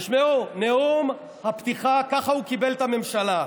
תשמעו, נאום הפתיחה, ככה הוא קיבל את הממשלה.